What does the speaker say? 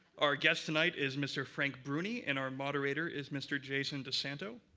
our guest tonight is mr. frank bruni and our moderator is mr. jason desanto.